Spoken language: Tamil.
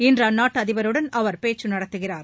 இன்று அந்நாட்டு அதிபருடன் அவர் பேச்சு நடத்துகிறார்